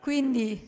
Quindi